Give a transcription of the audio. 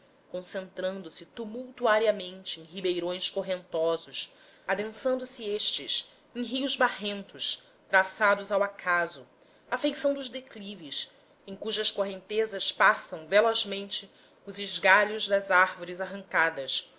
quebradas concentrando se tumultuariamente em ribeirões correntosos adensandose estes em rios barrentos traçados ao acaso à feição dos declives em cujas correntezas passam velozmente os esgalhos das árvores arrancadas